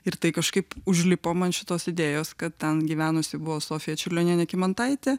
ir tai kažkaip užlipo man šitos idėjos kad ten gyvenusi buvo sofija čiurlionienė kymantaitė